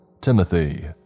Timothy